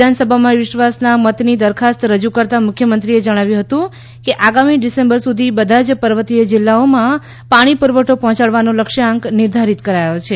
વિધાનસભામાં વિશ્વાસના મતની દરખાસ્ત રજૂ કરતાં મુખ્યમંત્રીએ જણાવ્યું હતું કે આગામી ડિસેમ્બર સુધી બધા જ પર્વતીય જિલ્લાઓમાં પાણી પૂરવઠો પહોંચાડવાનો લક્ષ્યાંક નિર્ધારિત કરાયો છે